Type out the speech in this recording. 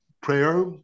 prayer